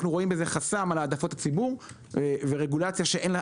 אנחנו רואים בזה חסם על העדפות הציבור ורגולציה שאין לה